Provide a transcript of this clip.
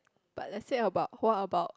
but let's say about what about